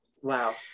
Wow